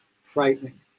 frightening